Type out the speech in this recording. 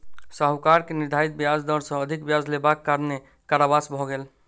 साहूकार के निर्धारित ब्याज दर सॅ अधिक ब्याज लेबाक कारणेँ कारावास भ गेल